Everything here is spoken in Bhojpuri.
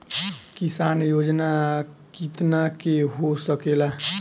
किसान योजना कितना के हो सकेला?